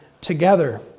together